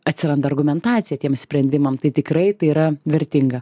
atsiranda argumentacija tiem sprendimam tai tikrai tai yra vertinga